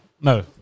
No